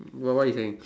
what what you saying